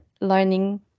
learning